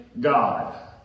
God